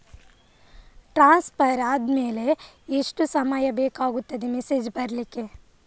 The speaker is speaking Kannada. ಟ್ರಾನ್ಸ್ಫರ್ ಆದ್ಮೇಲೆ ಎಷ್ಟು ಸಮಯ ಬೇಕಾಗುತ್ತದೆ ಮೆಸೇಜ್ ಬರ್ಲಿಕ್ಕೆ?